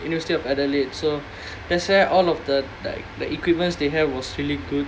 university of adelaide so that's why all of the like the equipments they have was really good